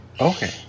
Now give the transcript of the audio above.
Okay